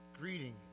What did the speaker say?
greeting